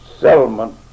settlement